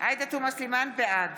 בעד